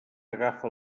agafa